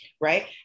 Right